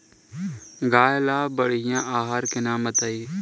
गाय ला बढ़िया आहार के नाम बताई?